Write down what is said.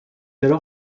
alors